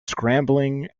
scrambling